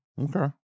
Okay